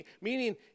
meaning